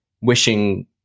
wishing